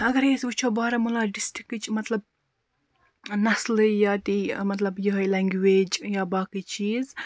اَگَرے أسۍ وٕچھو بارہمُلہ ڈِسٹرکٕچ مَطلَب نَسلِیاتی مَطلَب یِہے لینٛگویج یا باقٕے چیٖز